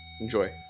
enjoy